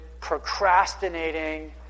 procrastinating